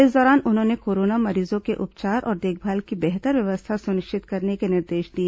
इस दौरान उन्होंने कोरोना मरीजों के उपचार और देखभाल की बेहतर व्यवस्था सुनिश्चित करने के निर्देश दिए